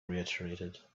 reiterated